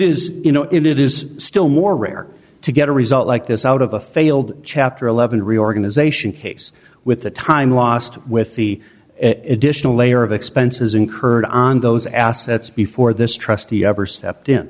is you know it is still more rare to get a result like this out of a failed chapter eleven reorganization case with the time lost with the additional layer of expenses incurred on those assets before this trustee ever stepped in